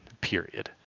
period